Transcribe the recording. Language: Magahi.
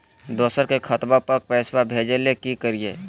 दोसर के खतवा पर पैसवा भेजे ले कि करिए?